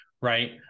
right